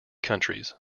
countries